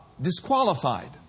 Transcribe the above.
disqualified